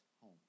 home